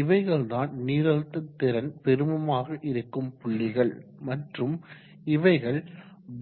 இவைகள் தான் நீரழுத்த திறன் பெருமமாக இருக்கும் புள்ளிகள் மற்றும் இவைகள்